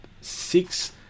six